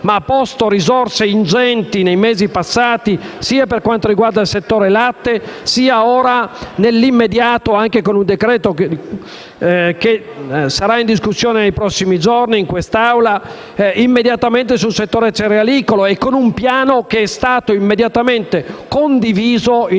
ma ha posto risorse ingenti nei mesi passati, sia per quanto riguarda il settore latte sia ora, nell'immediato (anche con un decreto che sarà in discussione nei prossimi giorni in quest'Aula), sul settore cerealicolo, con un piano che è stato immediatamente condiviso, nel suo